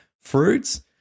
fruits